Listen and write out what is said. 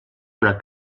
una